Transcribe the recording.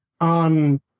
on